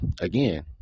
again